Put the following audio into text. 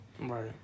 Right